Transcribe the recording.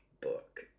book